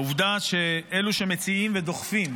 העובדה שאלו שמציעים ודוחפים